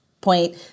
point